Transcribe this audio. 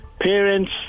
parents